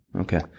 Okay